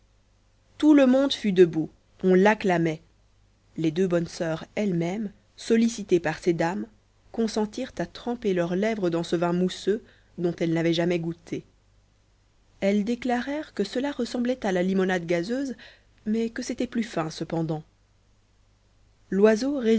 tout le monde fut debout on l'acclamait les deux bonnes soeurs elles-mêmes sollicitées par ces dames consentirent à tremper leurs lèvres dans ce vin mousseux dont elles n'avaient jamais goûté elles déclarèrent que cela ressemblait à la limonade gazeuse mais que c'était plus fin cependant loiseau